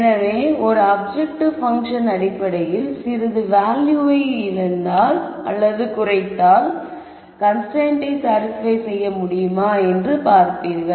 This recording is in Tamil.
எனவே ஒரு அப்ஜெக்டிவ் பங்க்ஷன் அடிப்படையில் சிறிது வேல்யூவை இழந்தால் கன்ஸ்ரைன்ட்டை சாடிஸ்பய் செய்ய முடியுமா என்று பார்ப்பீர்கள்